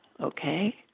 okay